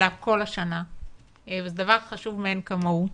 אלא כל השנה וזה דבר חשוב מאין כמוהו.